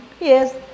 yes